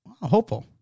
hopeful